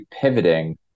pivoting